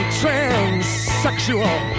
transsexual